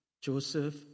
Joseph